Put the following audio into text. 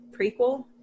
prequel